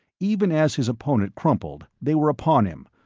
even as his opponent crumpled, they were upon him,